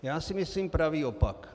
Já si myslím pravý opak.